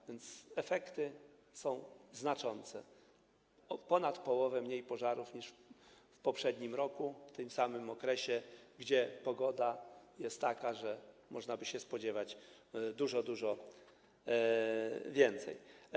A więc efekty są znaczące: o ponad połowę mniej pożarów niż w poprzednim roku w tym samym okresie, a pogoda jest taka, że można by się spodziewać ich dużo, dużo więcej.